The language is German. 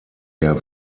der